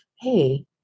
hey